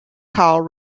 called